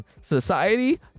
society